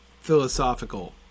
philosophical